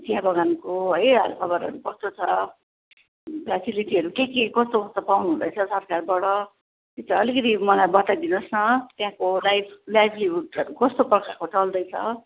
चिया बगानको है हालखबरहरू कस्तो छ फेसिलिटीहरू के के कस्तो कस्तो पाउनु हुँदैछ सरकारबाट त्यो चाहिँ अलिकति मलाई बताइ दिनुहोस् न त्यहाँको लाइफ लाइभलीहुडहरू कस्तो प्रकारको चल्दैछ